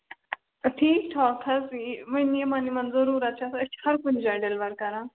ٹھیٖک ٹھاکھ حظ یی وۄنۍ یِمن یِمن ضروٗرت چھِ آسان أسۍ چھِ ہر کُنہِ جایہِ ڈیلور کران